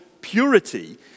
purity